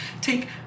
take